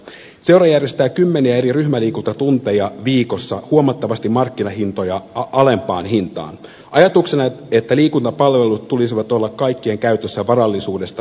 seura järjestää kymmeniä eri ryhmäliikuntatunteja viikossa huomattavasti markkinahintoja alempaan hintaan ajatuksena että liikuntapalvelujen tulisi olla kaikkien käytössä varallisuudesta riippumatta